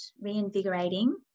reinvigorating